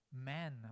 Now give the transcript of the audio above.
men